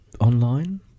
online